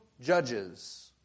judges